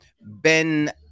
Ben